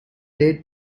date